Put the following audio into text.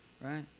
right